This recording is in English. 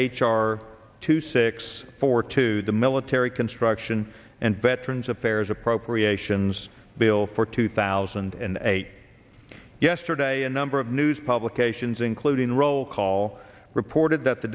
r two six four two the military construction and veterans affairs appropriations bill for two thousand and eight yesterday a number of news publications including roll call reported that the